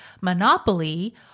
monopoly